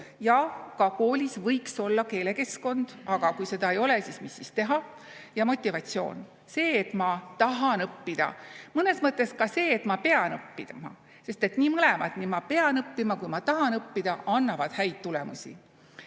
ka koolis võiks olla keelekeskkond, aga kui seda ei ole, siis mis siis teha. Ja motivatsioon: see, et ma tahan õppida. Mõnes mõttes ka see, et ma pean õppima, sest et mõlemad, nii ma pean õppima kui ma tahan õppida, annavad häid tulemusi.